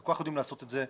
אם יודעים לעשות את זה,